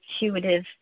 intuitive